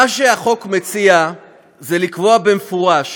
מה שהחוק מציע זה לקבוע במפורש